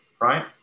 right